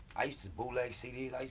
i used to bootleg cd's,